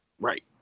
Right